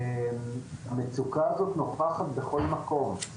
המצוקה הזאת נוכחת בכל מקום,